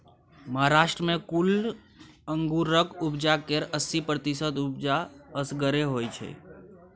महाराष्ट्र मे कुल अंगुरक उपजा केर अस्सी प्रतिशत उपजा असगरे होइ छै